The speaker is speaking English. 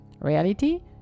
reality